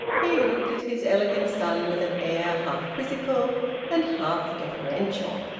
he looked at his elegant son with an air half-quizzical and half-deferential.